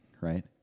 Right